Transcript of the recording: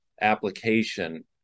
application